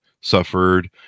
suffered